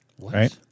Right